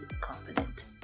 confident